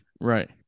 right